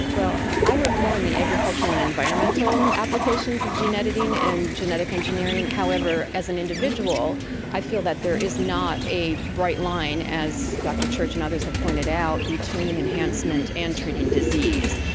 well, i work more in the agricultural and environmental applications of gene editing and genetic engineering. however, as an individual i feel that there is not a bright line, as dr church and others have pointed out, between enhancement and treating disease.